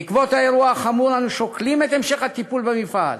בעקבות האירוע החמור אנו שוקלים את המשך הטיפול במפעל,